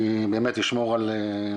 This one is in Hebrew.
אני באמת אשמור על,